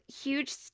huge